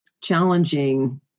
challenging